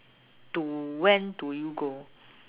to when do you go